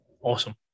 awesome